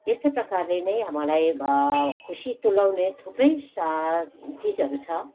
यस्तै प्रकारले नै मलाई खुसी तुल्याउने थुप्रै चिजहरू छ